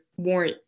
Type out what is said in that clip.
More